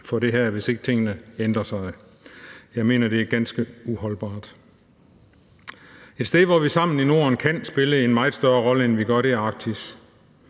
for det her ud, hvis ikke tingene ændrer sig. Jeg mener, det er ganske uholdbart. Et sted, hvor vi sammen i Norden kan spille en meget større rolle, end vi gør, er Arktis.